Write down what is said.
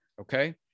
okay